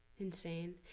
Insane